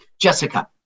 Jessica